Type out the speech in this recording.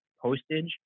postage